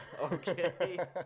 Okay